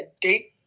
date